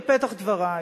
בפתח דברי: